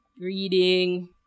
reading